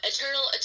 Eternal